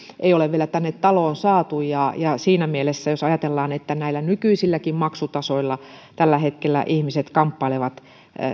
ei ole vielä tänne taloon saatu siinä mielessä jos ajatellaan että näillä nykyisilläkin maksutasoilla tällä hetkellä ihmiset kamppailevat